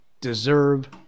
deserve